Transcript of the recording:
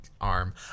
arm